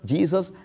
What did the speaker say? Jesus